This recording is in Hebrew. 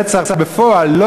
רצח בפועל,